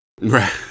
right